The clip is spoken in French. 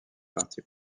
parti